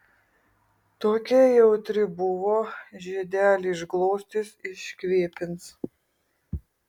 tokia jautri buvo žiedelį išglostys iškvėpins